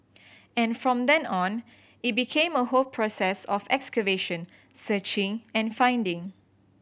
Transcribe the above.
and from then on it became a whole process of excavation searching and finding